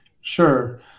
Sure